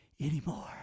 anymore